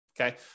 Okay